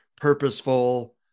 Purposeful